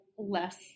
less